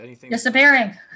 Disappearing